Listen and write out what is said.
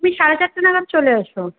ওই সাড়ে চারটে নাগাদ চলে এসো